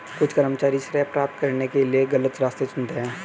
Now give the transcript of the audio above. कुछ कर्मचारी श्रेय प्राप्त करने के लिए गलत रास्ते चुनते हैं